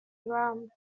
ibamba